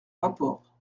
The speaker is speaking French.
rapport